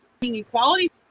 equality